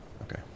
Okay